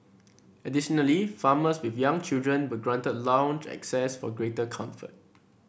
additionally farmers with young children were granted lounge access for greater comfort